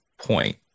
point